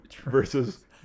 versus